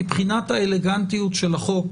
מבחינת האלגנטיות של החוק,